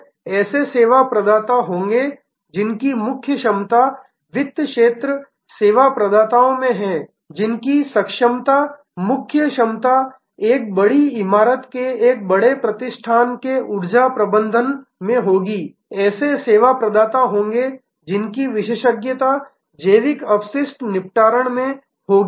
तो ऐसे सेवा प्रदाता होंगे जिनकी मुख्य क्षमता वित्त क्षेत्र सेवा प्रदाताओं में है जिनकी सक्षमता मुख्य क्षमता एक बड़ी इमारत के एक बड़े प्रतिष्ठान के ऊर्जा प्रबंधन में होगी ऐसे सेवा प्रदाता होंगे जिनकी विशेषज्ञता जैविक अपशिष्ट निस्तारण में होगी